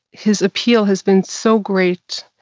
his appeal has been so great.